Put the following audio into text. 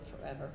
forever